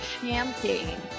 champagne